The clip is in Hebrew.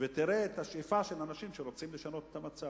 ותראה את השאיפה של אנשים שרוצים לשנות את המצב.